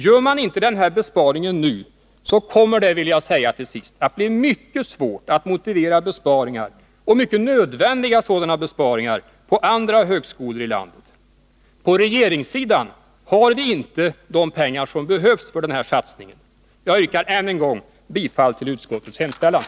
Gör man inte den här besparingen nu kommer det att bli mycket svårt att motivera besparingar — även mycket nödvändiga besparingar — på andra högskolor i landet. På regeringssidan har vi inte de pengar som behövs för den här satsningen. Jag yrkar än en gång bifall till utskottets hemställan.